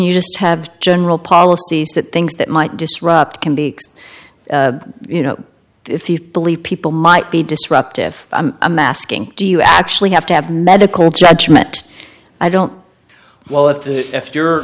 you just have general policies that things that might disrupt can be you know if you believe people might be disruptive i'm asking do you actually have to have medical judgment i don't while if the if you're